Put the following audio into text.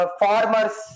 farmers